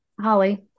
Holly